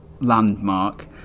landmark